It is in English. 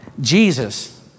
Jesus